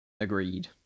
Agreed